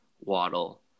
Waddle